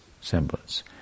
semblance